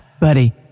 Buddy